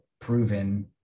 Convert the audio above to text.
proven